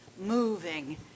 moving